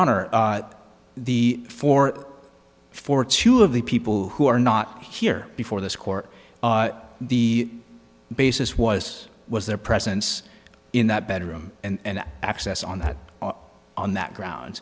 honor the four for two of the people who are not here before this court the basis was was their presence in that bedroom and access on that on that ground